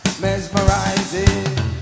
Mesmerizing